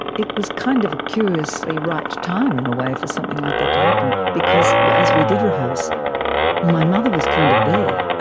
it was kind of a curiously right time in a way for something like that to happen, because as we did rehearse my mother was kind of there.